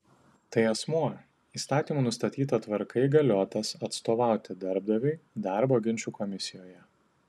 tai asmuo įstatymų nustatyta tvarka įgaliotas atstovauti darbdaviui darbo ginčų komisijoje